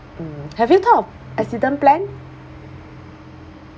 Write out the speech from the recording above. mm have you thought of accident plan